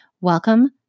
Welcome